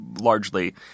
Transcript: largely